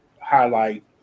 highlight